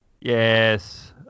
Yes